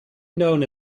known